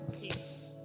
peace